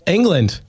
England